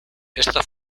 esta